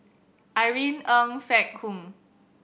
Irene Ng Phek Hoong